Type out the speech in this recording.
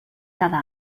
cada